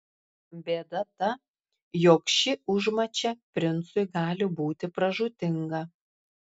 bėda ta jog ši užmačia princui gali būti pražūtinga